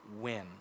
win